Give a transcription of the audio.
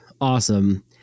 awesome